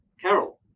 Carol